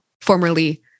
formerly